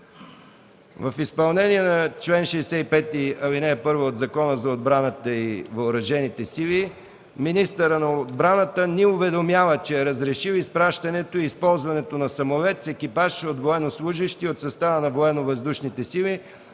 В изпълнение на чл. 65, ал. 1 от Закона за отбраната и въоръжените сили министърът на отбраната ни уведомява, че е разрешил изпращането и използването на самолет с екипаж от военнослужещи от състава на Военновъздушните сили